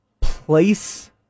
place